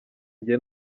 njye